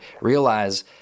realize